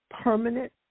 permanent